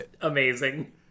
amazing